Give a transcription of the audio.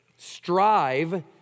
Strive